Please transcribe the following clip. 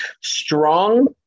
strong